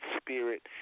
spirit